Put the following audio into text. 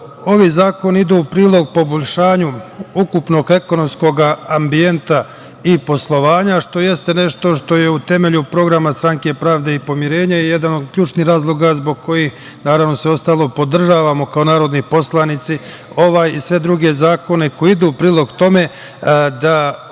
zakoni idu u prilog poboljšanju ukupnog ekonomskog ambijenta i poslovanja, što jeste nešto što je u temelju programa Stranke pravde i pomirenja i jedan od ključnih razloga zbog kojih, naravno, sve ostalo podržavamo kao narodni poslanici ovaj i sve druge zakone koji idu u prilog tome da